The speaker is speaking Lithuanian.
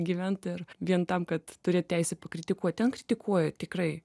gyvent ir vien tam kad turėt teisę kritikuot ten kritikuoja tikrai